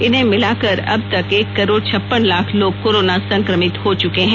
इन्हें मिलाकर अब तक एक करोड़ छप्पन लाख लोग कोरोना संक्रमित हो चुके हैं